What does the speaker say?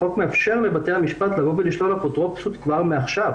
החוק מאפשר לבתי המשפט לשלול אפוטרופסות כבר היום.